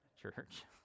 church